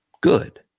Good